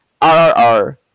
RRR